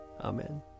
Amen